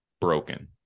broken